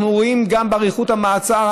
אנחנו רואים גם באורך המעצר,